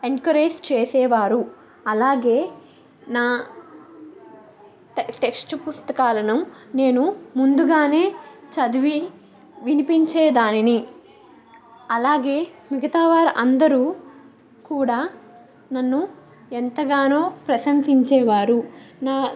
encourage చేసేవారు అలాగే నా టె టెక్స్ట్ పుస్తకాలను నేను ముందుగానే చదివి వినిపించే దానిని అలాగే మిగతా వారందరూ కూడా నన్ను ఎంతగానో ప్రశంసించేవారు నా